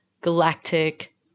galactic